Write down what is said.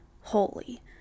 Holy